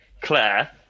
Claire